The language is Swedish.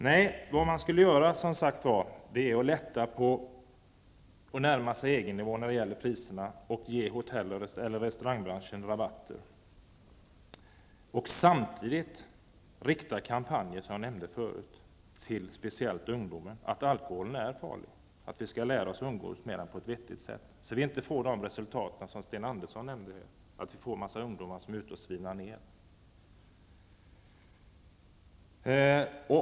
Nej, man bör som sagt närma sig EG-nivån när det gäller priserna och ge restaurangbranschen rabatter och samtidigt, som jag nämnde förut, driva kampanjer som går ut på att speciellt alkoholen är farlig och att vi måste lära oss att umgås med den på ett vettigt sätt, så att det inte blir sådana resultat som Sten Andersson i Malmö nämnde: att en mängd ungdomar är ute och svinar ned.